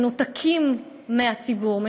מנותקים מהציבור,